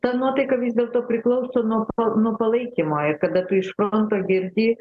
ta nuotaika vis dėlto priklauso nuo pal nuo palaikymo ir kada tu iš fronto girdi